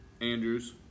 Andrews